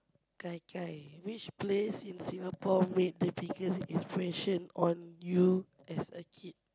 gai gai which place in Singapore made the biggest inspiration on you as a kid